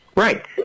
Right